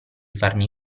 farmi